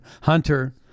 Hunter